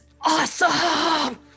awesome